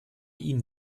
ihnen